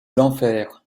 l’enfer